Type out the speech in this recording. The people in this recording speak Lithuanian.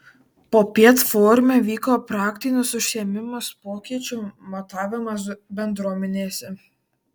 popiet forume vyko praktinis užsiėmimas pokyčių matavimas bendruomenėse